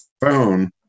phone